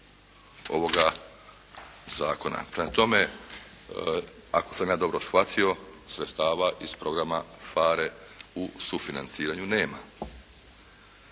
ovoga Zakona. Prema tome, ako sam ja dobro shvatio, sredstava iz programa FARE u sufinanciranju nema.